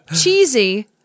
cheesy